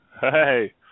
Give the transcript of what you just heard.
Hey